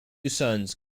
sons